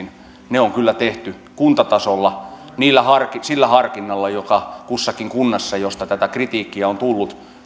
on kyllä tehty kuntatasolla sillä harkinnalla joka on ollut siellä kussakin kunnassa josta tätä kritiikkiä on tullut